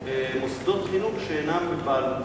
מוסדות חינוך שאינם בבעלותה.